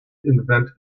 invent